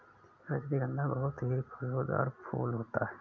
रजनीगंधा बहुत ही खुशबूदार फूल होता है